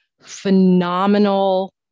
phenomenal